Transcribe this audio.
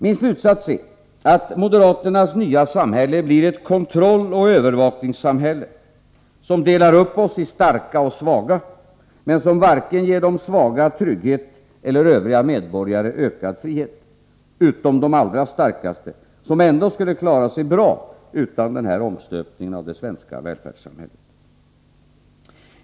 Min slutsats är att moderaternas nya samhälle blir ett kontrolloch övervakningssamhälle, som delar upp oss i starka och svaga, men som varken ger de svaga trygghet eller övriga medborgare ökad frihet — förutom de allra starkaste, som ändå skulle klara sig bra utan denna omstöpning av det svenska välfärdssamhället.